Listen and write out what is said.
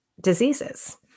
diseases